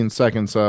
seconds